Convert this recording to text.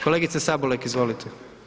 Kolegice Sabolek izvolite.